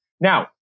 Now